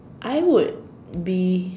I would be